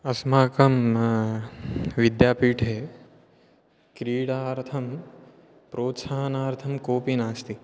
अस्माकं विद्यापीठे क्रीडार्थं प्रोत्साहनार्थं कोऽपि नास्ति